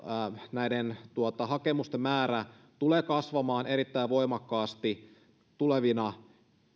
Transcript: näiden hakemusten määrä tulee kasvamaan erittäin voimakkaasti tulevina